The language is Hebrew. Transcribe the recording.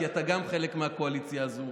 כי גם אתה חלק מהקואליציה הזאת.